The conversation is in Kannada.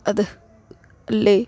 ಅದು ಅಲ್ಲಿ